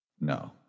No